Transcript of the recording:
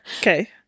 Okay